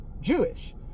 Jewish